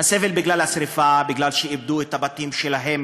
הסבל בגלל השרפה אחרי שאיבדו את הבתים שלהם,